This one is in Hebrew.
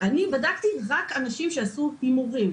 ואני בדקתי רק אנשים שעשו הימורים.